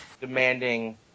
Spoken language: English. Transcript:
demanding